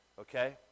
Okay